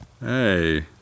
Hey